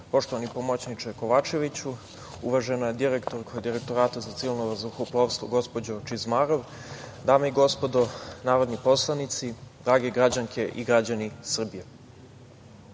poštovani pomoćniče Kovačeviću, uvažena direktorko Direktorata za civilno vazduhoplovstvo gospođo Čizmarov, dame i gospodo narodni poslanici, drage građanke i građani Srbije,